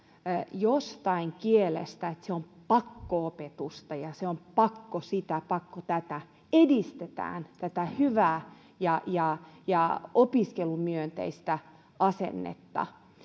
jostain kielestä että se on pakko opetusta ja se on pakko sitä ja pakko tätä edistetään hyvää ja ja opiskelumyönteistä asennetta